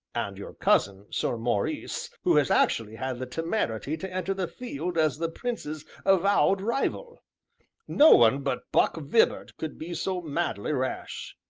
and your cousin, sir maurice, who has actually had the temerity to enter the field as the prince's avowed rival no one but buck vibart could be so madly rash!